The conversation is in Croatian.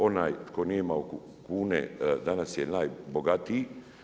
Onaj tko nije imao kune danas je najbogatiji.